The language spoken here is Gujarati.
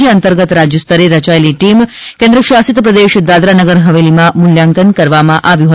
જે અંતર્ગત રાજ્યસ્તરે રચાયેલી ટીમ કેન્દ્રશાસિત પ્રદેશ દાદરાનગર હવેલીમાં મૂલ્યાંકન કરવામાં આવ્યું હતું